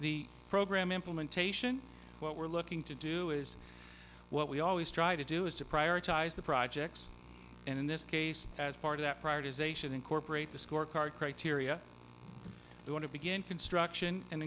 the program implementation what we're looking to do is what we always try to do is to prioritize the projects and in this case as part of that privatization incorporate the scorecard criteria we want to begin construction and